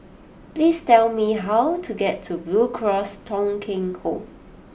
please tell me how to get to Blue Cross Thong Kheng Home